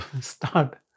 start